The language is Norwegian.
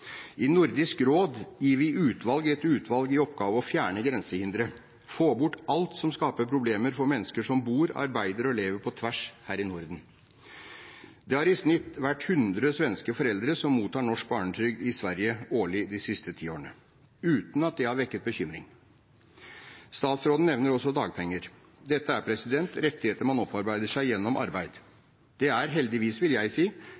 I Nordisk råd gir vi utvalg etter utvalg i oppgave å fjerne grensehindre, få bort alt som skaper problemer for mennesker som bor, arbeider og lever på tvers her i Norden. Det har i snitt vært 100 svenske foreldre som mottar norsk barnetrygd i Sverige årlig de siste ti år, uten at det har vekket bekymring. Statsråden nevner også dagpenger. Dette er rettigheter man opparbeider seg gjennom arbeid. Det er – heldigvis, vil jeg si